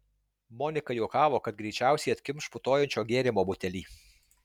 monika juokavo kad greičiausiai atkimš putojančio gėrimo butelį